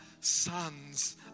sons